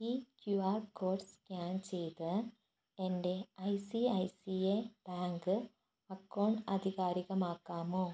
ഈ Q R code scan ചെയ്ത് എൻ്റെ I C I C I bank account ആധികാരികമാക്കാമോ